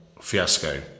fiasco